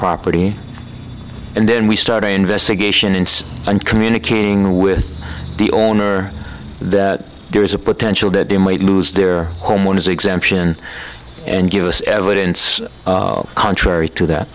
property and then we start a investigation into and communicating with the owner that there is a potential that they might lose their homeowners exemption and give us evidence contrary to that